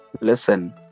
Listen